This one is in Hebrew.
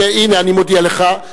הנה אני מודיע לך,